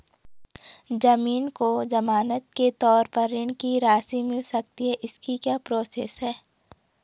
ज़मीन को ज़मानत के तौर पर ऋण की राशि मिल सकती है इसकी क्या प्रोसेस है?